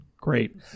Great